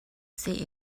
say